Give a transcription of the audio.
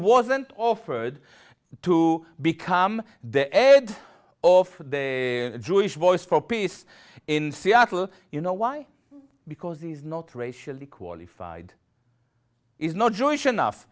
wasn't offered to become the ed of the jewish voice for peace in seattle you know why because he's not racially qualified is not jewish enough